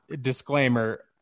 disclaimer